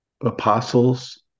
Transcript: apostles